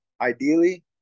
ideally